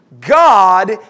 God